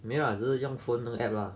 没 lah 只是用 phone 跟 app lah